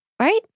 right